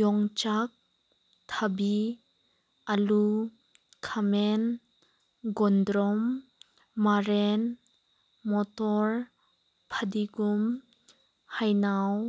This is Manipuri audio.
ꯌꯣꯡꯆꯥꯛ ꯊꯕꯤ ꯑꯥꯂꯨ ꯈꯥꯃꯦꯟ ꯈꯣꯡꯗ꯭ꯔꯨꯝ ꯃꯥꯏꯔꯦꯟ ꯃꯣꯇꯣꯔ ꯐꯗꯤꯒꯣꯝ ꯍꯩꯅꯧ